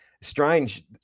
Strange